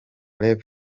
rev